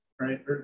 right